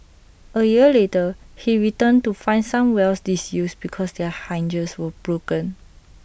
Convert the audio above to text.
A year later he returned to find some wells disused because their hinges were broken